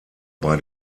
bei